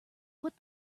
put